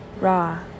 raw